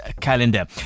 calendar